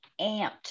amped